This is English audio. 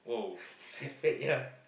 she's fat yea